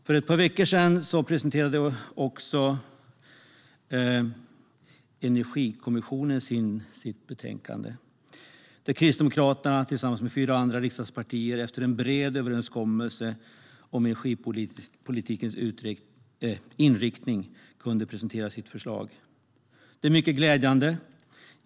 För ett par veckor sedan presenterade också Energikommissionen sitt betänkande, där Kristdemokraterna tillsammans med fyra andra riksdagspartier efter en bred överenskommelse om energipolitikens inriktning kunde presentera sitt förslag. Det är mycket glädjande.